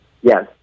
Yes